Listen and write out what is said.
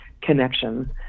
connections